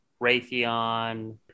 Raytheon